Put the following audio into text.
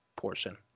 portion